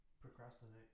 procrastinate